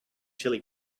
chili